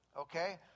okay